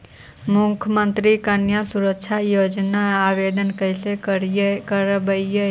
मुख्यमंत्री कन्या सुरक्षा योजना के आवेदन कैसे करबइ?